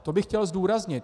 To bych chtěl zdůraznit.